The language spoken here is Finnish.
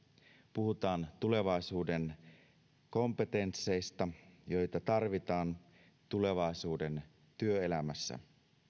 puhutaan tulevaisuuden kompetensseista joita tarvitaan tulevaisuuden työelämässä